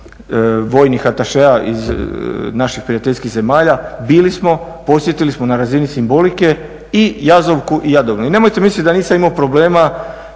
vojnih atašea iz naših prijateljskih zemalja, bili smo, posjetili smo na razini simbolike i Jazovku i Jadovno. I nemojte mislit da nisam imao problema